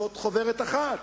זאת חוברת אחת.